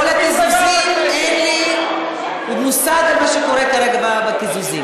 כל הקיזוזים, אין לי מושג מה קורה כרגע בקיזוזים.